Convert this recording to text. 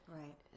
Right